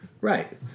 Right